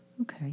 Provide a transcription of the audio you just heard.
Okay